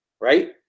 right